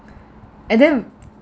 and then